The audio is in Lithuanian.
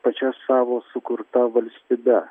pačia savo sukurta valstybe